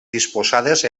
disposades